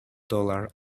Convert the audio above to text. dollar